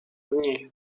dni